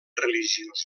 religiosa